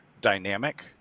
dynamic